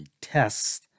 tests